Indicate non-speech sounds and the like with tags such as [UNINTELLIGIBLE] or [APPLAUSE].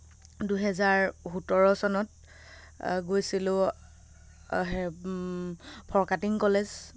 দুহেজাৰ সোতৰ চনত গৈছিলোঁ [UNINTELLIGIBLE] ফৰকাটিং কলেজ